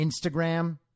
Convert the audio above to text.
Instagram